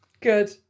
good